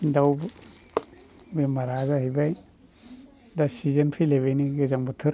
दाउ बेमारा जाहैबाय दा सिजोन फैलायबाय नै गोजां बोथोर